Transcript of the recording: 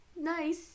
nice